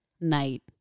night